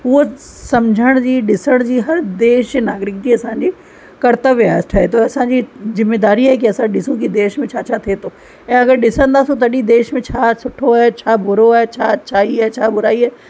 उहो सम्झण जी ॾिसण जी हर देश जे नागरिक जी असांजी कर्तव्य आहे ठहे थो असांजी जिम्मेदारी आहे की असां ॾिसूं की देश में छा छा थिए थो ऐं अगरि ॾिसंदासीं तॾहिं देश में छा सुठो आहे छा बुरो आहे छा अच्छाई आहे छा बुराई आहे